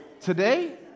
today